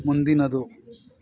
ಮುಂದಿನದು